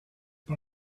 but